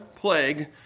plague